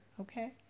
okay